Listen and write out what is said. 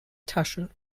tasche